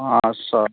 आच्चा